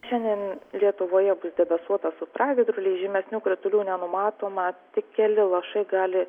šiandien lietuvoje bus debesuota su pragiedruliais žymesnių kritulių nenumatoma tik keli lašai gali